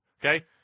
Okay